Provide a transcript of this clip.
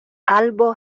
albo